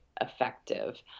effective